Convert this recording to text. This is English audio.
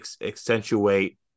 accentuate